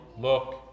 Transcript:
look